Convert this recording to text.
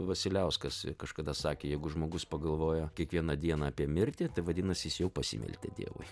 vasiliauskas kažkada sakė jeigu žmogus pagalvoja kiekvieną dieną apie mirtį tai vadinasi jis jau pasimeldė dievui